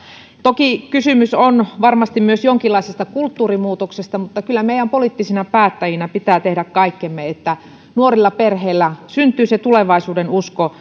toki kysymys on varmasti myös jonkinlaisesta kulttuurimuutoksesta mutta kyllä meidän poliittisina päättäjinä pitää tehdä kaikkemme että nuorilla perheillä syntyy tulevaisuudenusko